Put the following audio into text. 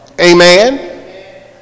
Amen